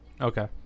Okay